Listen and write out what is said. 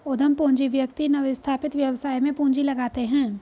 उद्यम पूंजी व्यक्ति नवस्थापित व्यवसाय में पूंजी लगाते हैं